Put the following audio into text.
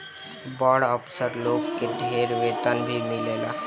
बड़ अफसर लोग के ढेर वेतन भी मिलेला